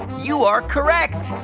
you are correct.